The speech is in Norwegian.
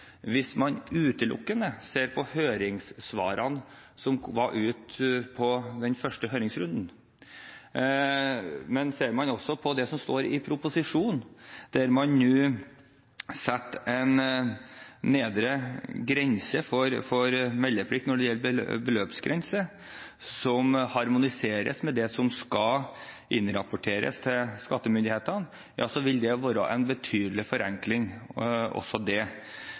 hvis man utelukkende ser på høringssvarene som kom i den første høringsrunden. Men ser man også på det som står i proposisjonen, der man setter en nedre grense for meldeplikt når det gjelder beløp, som harmoniseres med det som skal innrapporteres til skattemyndighetene, vil også det være en betydelig forenkling. Man må se på det